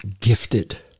gifted